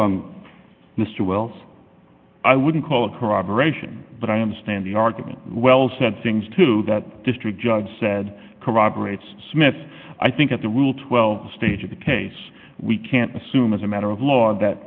mr wells i wouldn't call it corroboration but i understand the argument well said things to that district judge said corroborates smith i think that the rule twelve stage of the case we can't assume as a matter of law that